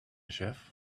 chief